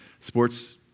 sports